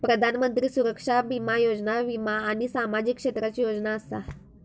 प्रधानमंत्री सुरक्षा बीमा योजना वीमा आणि सामाजिक क्षेत्राची योजना असा